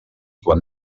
quan